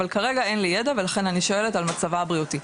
אבל כרגע אין לי ידע ולכן אני שואלת על מצבה הבריאותי.